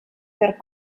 per